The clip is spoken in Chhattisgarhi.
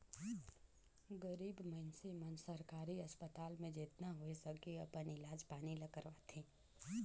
गरीब मइनसे मन सरकारी अस्पताल में जेतना होए सके अपन इलाज पानी ल करवाथें